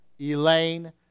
Elaine